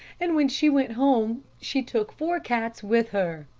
and when she went home she took four cats with her.